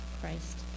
Christ